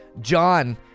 John